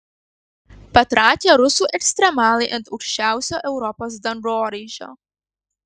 patrakę rusų ekstremalai ant aukščiausio europos dangoraižio